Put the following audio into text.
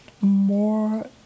more